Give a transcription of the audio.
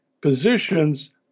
positions